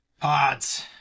Pods